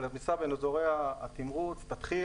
אבל הפריסה בין אזורי התמרוץ מתחיל